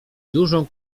dużą